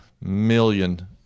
million